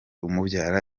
umubyara